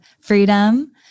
freedom